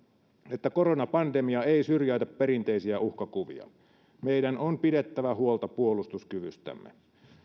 että koronapandemia ei syrjäytä perinteisiä uhkakuvia meidän on pidettävä huolta puolustuskyvystämme